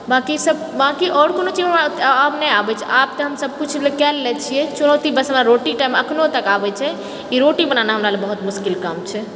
बाँकि सब बाँकि आओर कोनो चीज हमरा आब नहि आबैत छै आब तऽ हम सब किछु कए लै छियै चुनौती बस हमरा रोटी टामे एखनो तक आबैत छै ई रोटी बनाना हमरा लऽ बहुत मुश्किल काम छै